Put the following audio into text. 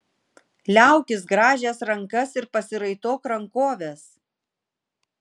liaukis grąžęs rankas ir pasiraitok rankoves